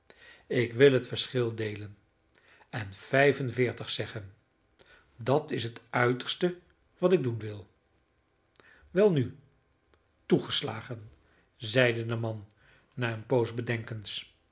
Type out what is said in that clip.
ik wil het verschil deelen en vijf en veertig zeggen dat is het uiterste wat ik doen wil welnu toegeslagen zeide de man na een poos bedenkens